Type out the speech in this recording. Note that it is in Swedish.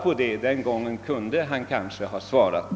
Den gången kunde han kanske ha svarat.